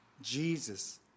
Jesus